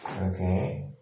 Okay